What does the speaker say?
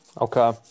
Okay